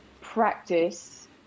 practice